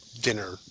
dinner